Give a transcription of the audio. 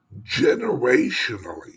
generationally